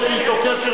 יש לי אתו קשר,